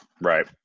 Right